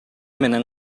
менен